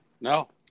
No